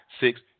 six